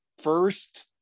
first